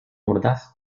mordaz